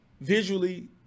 visually